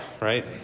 right